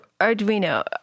Arduino